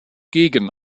gegen